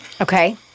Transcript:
Okay